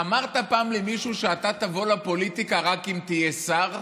אמרת פעם למישהו שאתה תבוא לפוליטיקה רק אם תהיה שר?